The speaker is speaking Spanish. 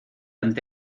ante